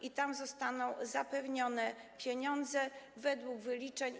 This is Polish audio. I tam zostaną zapewnione pieniądze według wyliczeń.